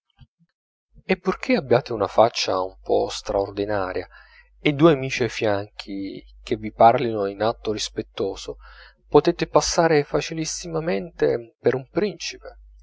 e purchè abbiate una faccia un po straordinaria e due amici ai fianchi che vi parlino in atto rispettoso potete passare facilissimamente per un principe